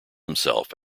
himself